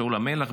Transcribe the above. שאול המלך.